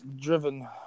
driven